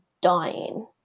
dying